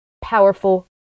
powerful